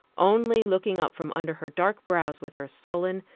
only looking up from under her dark brows with her sullen,